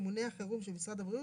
ממונה החירום של משרד הבריאות